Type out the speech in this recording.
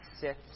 sit